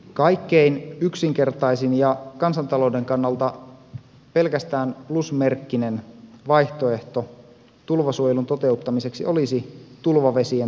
kaikkein yksinkertaisin ja kansantalouden kannalta pelkästään plusmerkkinen vaihtoehto tulvasuojelun toteuttamiseksi olisi tulvavesien talteen ottaminen